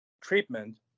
treatment